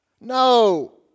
No